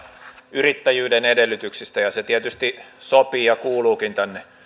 yrittäjyyden edellytyksistä ja se tietysti sopii ja kuuluukin tänne